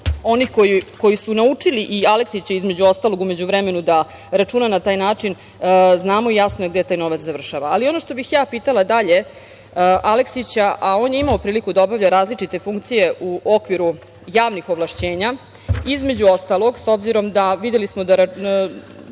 onih koji su naučili, i Aleksića između ostalog, u međuvremenu da računa na taj način. Znamo, jasno je gde taj novac završava. Ono što bih ja pitala dalje Aleksića, a on je imao priliku da obavlja različite funkcije u okviru javnih ovlašćenja, između ostalog, s obzirom da smo videli da